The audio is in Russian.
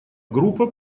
группа